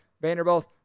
Vanderbilt